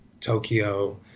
Tokyo